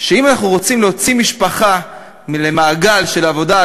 הוא שאם אנחנו רוצים להוציא משפחה למעגל של עבודה,